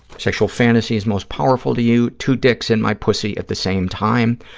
sexual fantasies most powerful to you. two dicks in my pussy at the same time.